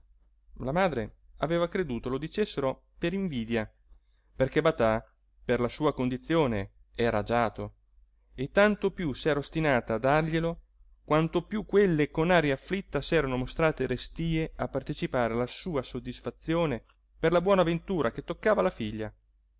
figliuola la madre aveva creduto lo dicessero per invidia perché batà per la sua condizione era agiato e tanto piú s'era ostinata a darglielo quanto piú quelle con aria afflitta s'erano mostrate restíe a partecipare alla sua soddisfazione per la buona ventura che toccava alla figlia